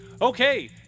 Okay